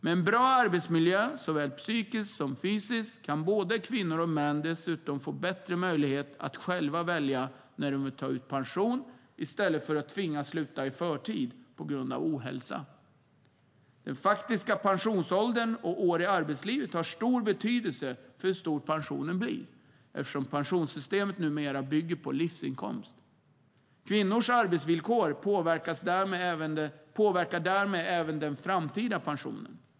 Med en bra arbetsmiljö, såväl psykiskt som fysiskt, kan både kvinnor och män dessutom få bättre möjlighet att själva välja när de vill ta ut pension i stället för att tvingas sluta i förtid på grund av ohälsa. Den faktiska pensionsåldern och antalet år i arbetslivet har stor betydelse för hur stor pensionen blir eftersom pensionssystemet numera bygger på livsinkomst. Kvinnors arbetsvillkor påverkar därmed även den framtida pensionen.